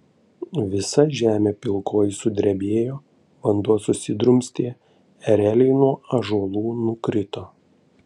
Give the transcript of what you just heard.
visa žemė pilkoji sudrebėjo vanduo susidrumstė ereliai nuo ąžuolų nukrito